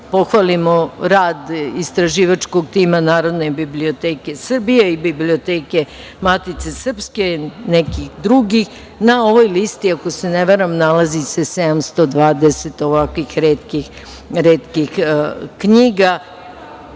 pohvalimo rad istraživačkog tima Narodne biblioteke Srbije i biblioteke Matice srpske i nekih drugih. Na ovoj listi, ako se ne varam, nalazi se 720 retkih knjiga.